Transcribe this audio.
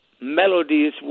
melodies